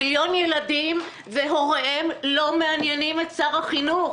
מיליון ילדים והוריהם לא מעניינים את שר החינוך.